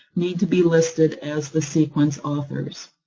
need to be listed as the sequence authors.